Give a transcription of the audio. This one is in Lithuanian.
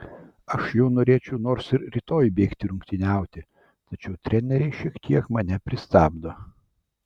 aš jau norėčiau nors ir rytoj bėgti rungtyniauti tačiau treneriai šiek tiek mane pristabdo